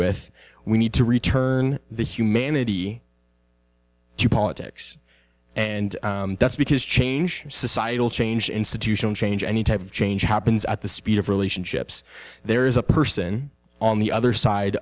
with we need to return the humanity to politics and that's because change societal change institutional change any type of change happens at the speed of relationships there is a person on the other side